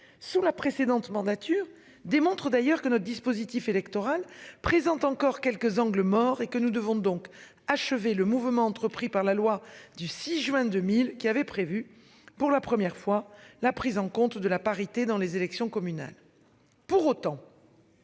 sous la précédente mandature démontre d'ailleurs que notre dispositif électoral présente encore quelques angles morts et que nous devons donc achevé le mouvement entrepris par la loi du 6 juin 2000 qui avait prévu pour la première fois la prise en compte de la parité dans les élections communales.